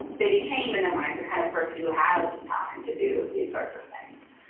they became in their minds the kind of person who has the time to do these sorts of things.